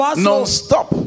non-stop